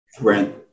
rent